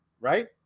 Right